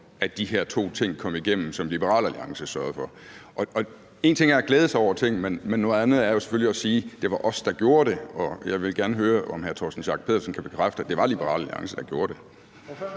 at de her to ting kom igennem, som Liberal Alliance sørgede for. Og én ting er at glæde sig over ting, men noget andet er jo selvfølgelig at sige: Det var os, der gjorde det. Jeg vil gerne høre, om hr. Torsten Schack Pedersen kan bekræfte, at det var Liberal Alliance, der gjorde det.